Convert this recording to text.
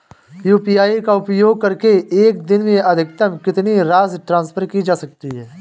UPI का उपयोग करके एक दिन में अधिकतम कितनी राशि ट्रांसफर की जा सकती है?